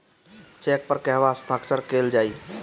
Check पर कहवा हस्ताक्षर कैल जाइ?